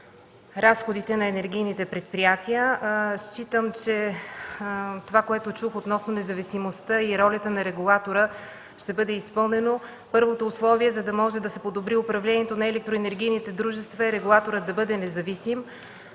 разходите на енергийните предприятия. Считам, че това, което чух, относно независимостта и ролята на регулатора, ще бъде изпълнено. Първото условие, за да може да се подобри управлението на електроенергийните дружества, е регулаторът да бъде независим.